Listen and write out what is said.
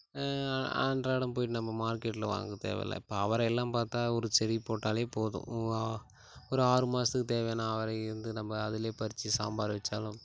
அன்றாடம் போய் நம்ம மார்க்கெட்டில வாங்கத் தேவை இல்லை இப்போ அவரையெல்லாம் பார்த்தா ஒரு செடி போட்டாலே போதும் ஒரு ஆறு மாதத்துக்குத் தேவையான அவரை இருந்து நம்ப அதுலையே பறிச்சு சாம்பார் வச்சாலும்